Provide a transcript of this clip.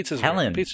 Helen